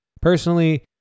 personally